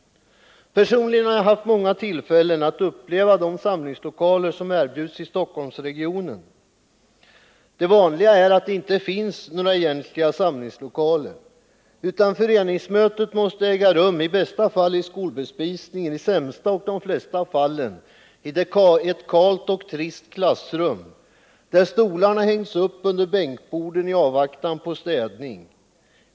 Personligen har jag haft många tillfällen att uppleva de samlingslokaler som erbjuds i Stockholmsregionen. Det vanliga är att det inte finns några egentliga samlingslokaler, utan föreningsmötet måste äga rum i bästa fall i skolbespisningen, i sämsta och de flesta fallen i ett kalt och trist klassrum, där stolarna hängts upp under bänkborden i avvaktan på städning.